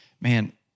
man